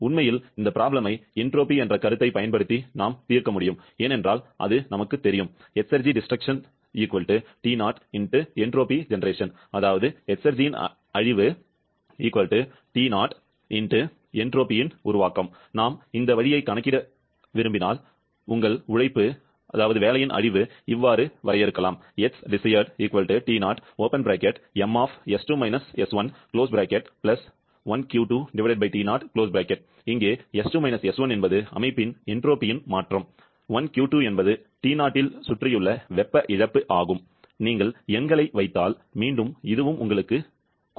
உண்மையில் இந்த சிக்கலை என்ட்ரோபி என்ற கருத்தைப் பயன்படுத்தி நாம் தீர்க்க முடியும் ஏனென்றால் அது நமக்குத் தெரியும் Exergy destruction T0 × entropy generation நாம் அந்த வழியைக் கணக்கிட விரும்பினால் உங்கள் உழைப்பு அழிவு எங்கே s2 − s1 என்பது அமைப்பின் என்ட்ரோபியின் மாற்றம் 1Q2 என்பது T0 ஆல் சுற்றியுள்ள வெப்ப இழப்பு ஆகும் நீங்கள் எண்களை வைத்தால் மீண்டும் இதுவும் உங்களுக்குக் கொடுக்க வேண்டும் 4